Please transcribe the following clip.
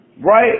right